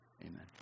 Amen